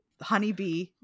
honeybee